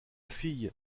fille